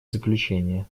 заключение